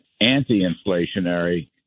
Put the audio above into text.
anti-inflationary